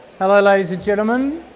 hello ladies and gentlemen.